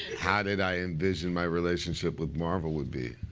how did i envision my relationship with marvel would be?